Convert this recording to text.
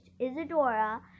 Isadora